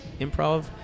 improv